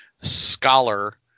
scholar